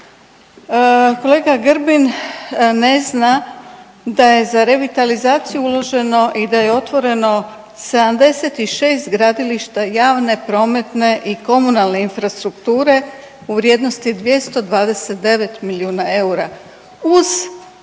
Kolega Grbin ne zna da je za revitalizaciju uloženo i da je otvoreno 76 gradilišta javne, prometne i komunalne infrastrukture u vrijednosti 229 milijuna eura uz